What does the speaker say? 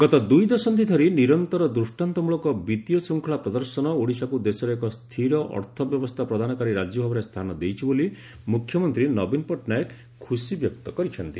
ଗତ ଦୁଇଦଶକ୍ଷି ଧରି ନିରନ୍ତର ଦୂଷାନ୍ତମଳକ ବିତ୍ତୀୟ ଶୂଙ୍ଖଳା ପ୍ରଦର୍ଶନ ଓଡ଼ିଶାକୁ ଦେଶରେ ଏକ ସ୍ଥିର ଅର୍ଥବ୍ୟବସ୍କା ବପ୍ରଦାନକାରୀ ରାକ୍ୟ ଭାବରେ ସ୍ରାନ ଦେଇଛି ବୋଲି ମୁଖ୍ୟମନ୍ତ୍ରୀ ନବୀନ ପଟ୍ଟନାୟକ ଖୁସିବ୍ୟକ୍ତ କରିଛନ୍ତି